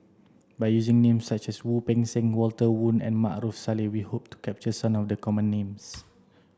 by using names such as Wu Peng Seng Walter Woon and Maarof Salleh we hope to capture some of the common names